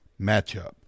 matchup